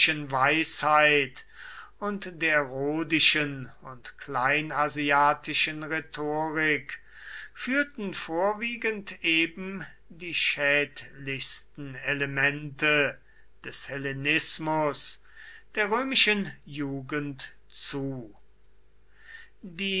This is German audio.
weisheit und der rhodischen und kleinasiatischen rhetorik führten vorwiegend eben die schädlichsten elemente des hellenismus der römischen jugend zu die